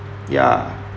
ya